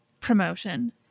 promotion